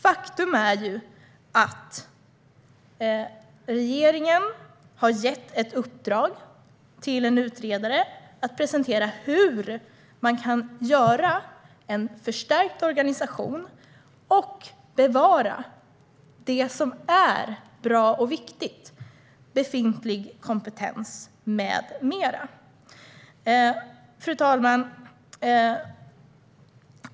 Faktum är att regeringen har gett ett uppdrag till en utredare att presentera hur man kan göra en förstärkt organisation och bevara det som är bra och viktigt i form av befintlig kompetens med mera. Fru talman!